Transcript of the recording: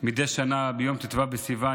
מדי שנה ביום ט"ו בסיוון,